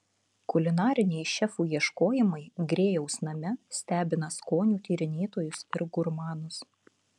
kulinariniai šefų ieškojimai grėjaus name stebina skonių tyrinėtojus ir gurmanus